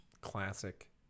classic